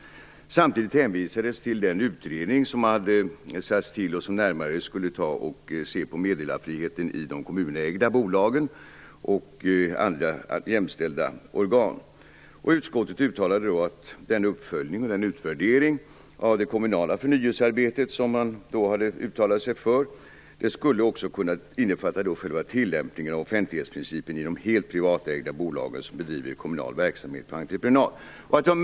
Samtidigt hänvisades till den utredning som hade tillsatts och som närmare skulle se över meddelarfriheten i de kommunägda bolagen och andra jämställda organ. Utskottet uttalade då att den uppföljning och den utvärdering av det kommunala förnyelsearbetet som man hade uttalat sig för också skulle kunna innefatta själva tillämpningen av offentlighetsprincipen i de helt privatägda bolagen som bedriver kommunal verksamhet på entreprenad.